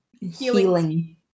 healing